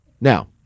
Now